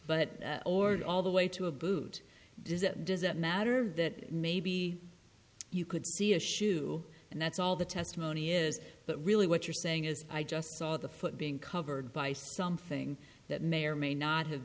ordered all the way to a boot does it does it matter that maybe you could see a shoe and that's all the testimony is that really what you're saying is i just saw the foot being covered by something that may or may not have